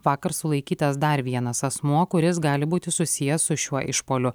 vakar sulaikytas dar vienas asmuo kuris gali būti susijęs su šiuo išpuoliu